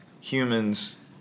humans